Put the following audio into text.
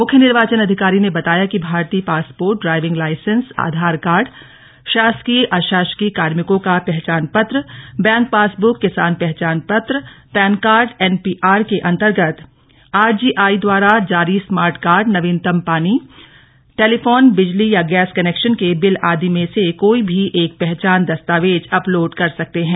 मुख्य निवार्चन अधिकारी ने बताया कि भारतीय passport driving license Aadhaar card शासकीय अशासकीय कार्मिकों का पहचान पत्र बैंक पासब्रक किसान पहचान पत्र पैन कार्ड एनपीआर के अंतर्गत आरजीआई द्वारा जारी स्मार्ट कार्ड नवीनतम पानीटेलीफोनबिजली या गैस कनैक्शन के बिल आदि में से कोई भी एक पहचान दस्तावेज अपलोड कर सकते हैं